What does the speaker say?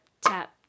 tap